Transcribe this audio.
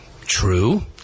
True